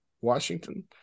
washington